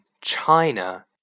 China